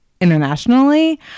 internationally